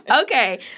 Okay